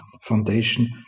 foundation